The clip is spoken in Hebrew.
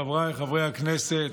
חבריי חברי הכנסת,